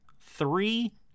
three